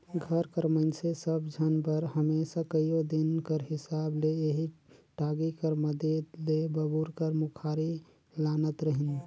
घर कर मइनसे सब झन बर हमेसा कइयो दिन कर हिसाब ले एही टागी कर मदेत ले बबूर कर मुखारी लानत रहिन